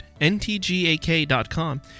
ntgak.com